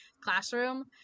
classroom